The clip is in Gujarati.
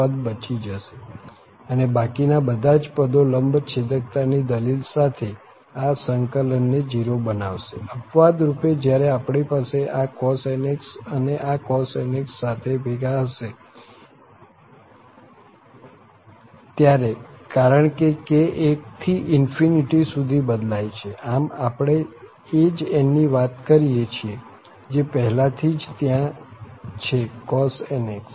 આ પદ બચી જશે અને બાકી ના બધા જ પદો લંબચ્છેકતાની દલીલ સાથે આ સંકલન ને 0 બનાવશે અપવાદ રૂપ જયારે આપણી પાસે આ cos nx અને આ cos nx સાથે ભેગા હશે ત્યારે કારણ કે k 1 થી સુધી બદલાય છે આમ આપણે એ જ n ની વાત કરીએ છીએ જે પહેલા થી જ ત્યાં છે cos nx